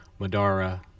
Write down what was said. madara